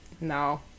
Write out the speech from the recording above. no